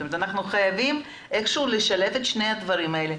אנחנו חייבים איך שהוא לשלב את שני הדברים האלה,